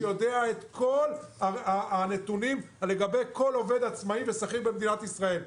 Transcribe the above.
שיודע את כל הנתונים לגבי כל עובד עצמאי ושכיר במדינת ישראל,